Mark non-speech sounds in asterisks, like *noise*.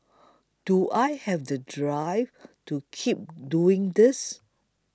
*noise* do I have the drive to keep doing this